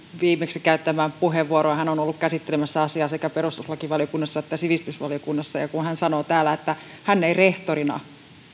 viimeksi käyttämään puheenvuoroon hän on ollut käsittelemässä asiaa sekä perustuslakivaliokunnassa että sivistysvaliokunnassa ja kun hän sanoo täällä että hän ei rehtorina